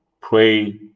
pray